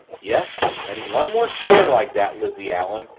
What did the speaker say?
yes, and one more scare like that, lizzie allen,